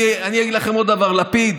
אני אגיד לכם עוד דבר: לפיד,